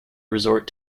resort